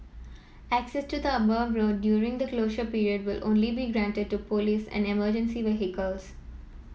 access to the above road during the closure period will only be granted to police and emergency vehicles